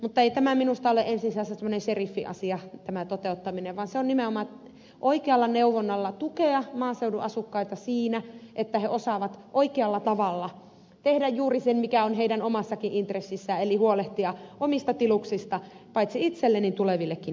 mutta ei tämä minusta ole ensisijaisesti tämmöinen seriffi asia tämä toteuttaminen vaan se on nimenomaan niin että oikealla neuvonnalla tuetaan maaseudun asukkaita siinä että he osaavat oikealla tavalla tehdä juuri sen mikä on heidän omassakin intressissään eli huolehtia omista tiluksistaan paitsi itselle myös tuleville sukupolville